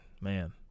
Man